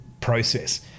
process